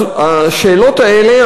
השאלות האלה,